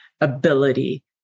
ability